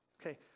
Okay